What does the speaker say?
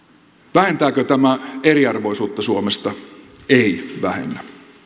vähentääkö tämä eriarvoisuutta suomesta ei vähennä